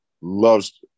loves